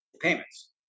payments